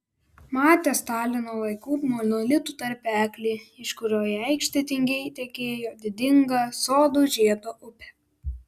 matė stalino laikų monolitų tarpeklį iš kurio į aikštę tingiai tekėjo didinga sodų žiedo upė